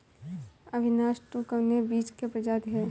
अविनाश टू कवने बीज क प्रजाति ह?